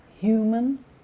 human